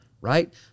Right